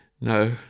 No